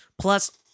plus